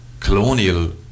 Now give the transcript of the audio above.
Colonial